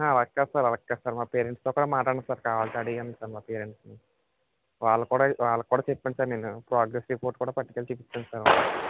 అలా కాదు సార్ అలా కాదు సార్ మా పేరెంట్స్తో కూడా మాట్లాడండి సార్ కావాలంటే అడిగాను సార్ మా పేరెంట్స్ని వాళ్ళకి కూడా వాళ్ళకి కూడా చెప్పాను సార్ నేను ప్రోగ్రెస్ రిపోర్ట్ కూడా పట్టుకెళ్ళి చూపించాను సార్